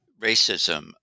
racism